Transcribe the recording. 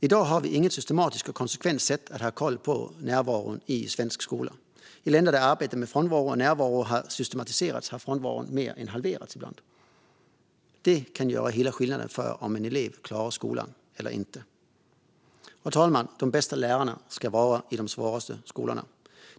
I dag har vi inget systematiskt och konsekvent sätt att ha koll på närvaron i svensk skola. I länder där arbetet med frånvaro och närvaro har systematiserats har frånvaron ibland mer än halverats. Detta kan göra hela skillnaden för om en elev ska klara skolan eller inte. Fru talman! De bästa lärarna ska vara i de svåraste skolorna.